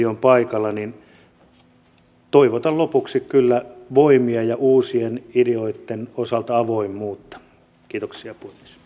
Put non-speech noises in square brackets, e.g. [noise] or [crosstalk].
[unintelligible] on paikalla toivotan lopuksi kyllä voimia ja uusien ideoitten osalta avoimuutta kiitoksia